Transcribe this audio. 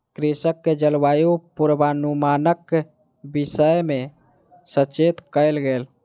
कृषक के जलवायु पूर्वानुमानक विषय में सचेत कयल गेल